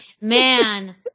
man